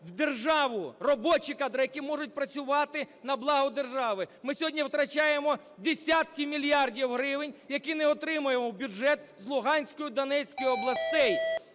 в державу. Робочі кадри, які можуть працювати на благо держави. Ми сьогодні втрачаємо десятки мільярдів гривень, які не отримуємо в бюджет з Луганської і Донецької областей.